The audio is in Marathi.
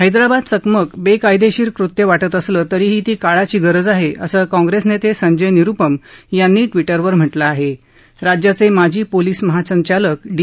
हैदराबाद चकमक बेकायदेशीर कृत्य वाजि असलं तरीही ती काळाची गरज आहे असं काँग्रेस नेते संजय निरुपम यांनी राज्याचे माजी पोलीस महासंचालक डी